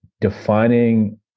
defining